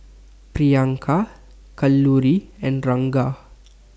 Priyanka Kalluri and Ranga